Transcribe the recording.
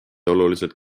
oluliselt